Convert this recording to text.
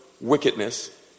wickedness